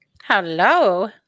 Hello